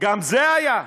גם זה היה: